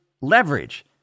leverage